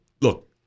look